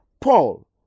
Paul